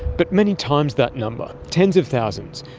but many times that number, tens of thousands,